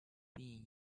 bean